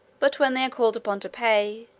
but when they are called upon to pay,